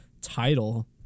title